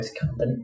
company